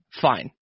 fine